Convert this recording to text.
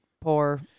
poor